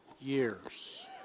years